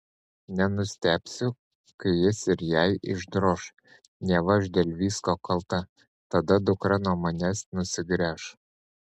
nenustebsiu kai jis ir jai išdroš neva aš dėl visko kalta tada dukra nuo manęs nusigręš